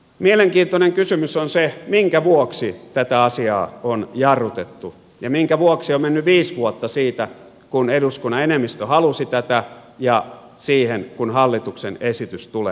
mielenkiintoinen kysymys on se minkä vuoksi tätä asiaa on jarrutettu ja minkä vuoksi on mennyt viisi vuotta siitä kun eduskunnan enemmistö halusi tätä siihen kun hallituksen esitys tulee